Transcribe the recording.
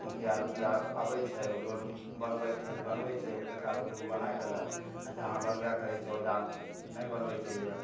मुखिया रुपैआक अबय छै रोड बनबय छै बनबय छै एक आधगो दुगो बनाइ देलक आओर जहाँ बनबेबाक रहय छै ओइजाँ नहि बनबय छै जे